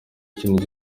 ikintu